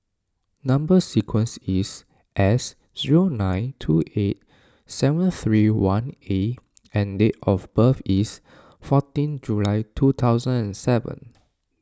Number Sequence is S zero nine two eight seven three one A and date of birth is fourteen July two thousand and seven